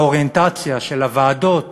והאוריינטציה של הוועדות